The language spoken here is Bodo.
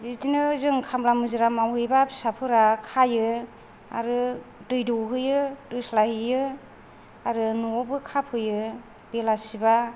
बिदिनो जों खामला मुजिरा मावहैबा फिसाफोरा खायो आरो दै दौहैयो दोस्लाय हैयो आरो न'वावबो खाफैयो बेलासिबा